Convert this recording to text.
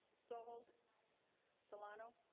so hold solano